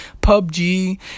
PUBG